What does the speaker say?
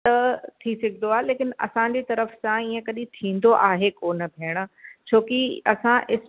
त थी सघंदो आहे लेकिन असांजी तरफ़ सां ईअं कॾहिं थींदो आहे कोन भेण छोकी असां